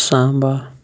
Samba